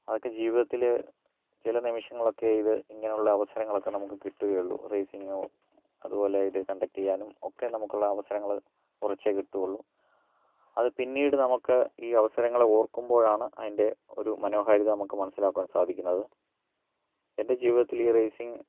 അതൊക്കെ ജീവിതത്തിൽ ചില നിമിഷങ്ങളൊക്കെ ഇത് ഇങ്ങനെയുള്ള അവസരങ്ങളൊക്കെ നമുക്ക് കിട്ടുകയുള്ളൂ റേസിങ്ങോ അതുപോലെ ഇത് കണ്ടക്റ്റ് ചെയ്യാനും ഒക്കെ നമുക്കുള്ള അവസരങ്ങൾ കുറച്ചെ കിട്ടുകയുള്ളൂ അത് പിന്നീട് നമുക്ക് ഈ അവസരങ്ങൾ ഓര്ക്കുമ്പോഴാണ് അതിന്റെ ഒരു മനോഹാരിത നമുക്ക് മനസിലാക്കുവാന് സാധിക്കുന്നത് എന്റെ ജീവിതത്തിൽ ഈ റേസിംഗ്